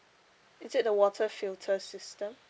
is it the water filter system